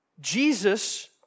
Jesus